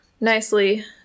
nicely